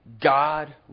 god